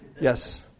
Yes